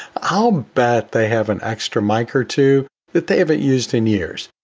i'll bet they have an extra mic or two that they haven't used in years,